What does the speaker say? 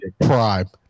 Prime